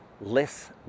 less